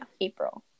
April